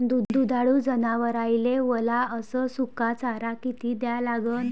दुधाळू जनावराइले वला अस सुका चारा किती द्या लागन?